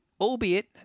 albeit